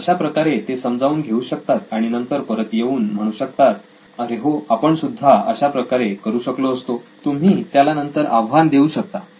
तर अशाप्रकारे ते समजावून घेऊ शकतात आणि नंतर परत येऊन म्हणू शकतात अरे हो आपण सुद्धा अशा प्रकारे करू शकलो असतो तुम्ही त्याला नंतर आव्हान देऊ शकता